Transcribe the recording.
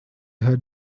her